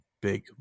big